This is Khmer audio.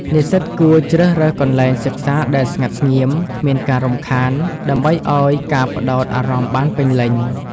និស្សិតគួរជ្រើសរើសកន្លែងសិក្សាដែលស្ងាត់ស្ងៀម គ្មានការរំខាន ដើម្បីឲ្យការផ្ដោតអារម្មណ៍បានពេញលេញ។